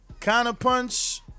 Counterpunch